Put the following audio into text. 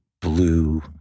blue